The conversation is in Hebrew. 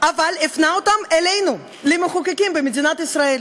אבל הפנה אותם אלינו, למחוקקים במדינת ישראל.